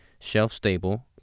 shelf-stable